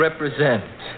represent